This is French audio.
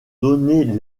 donner